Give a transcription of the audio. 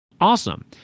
awesome